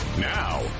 Now